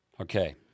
Okay